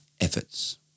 efforts